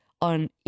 on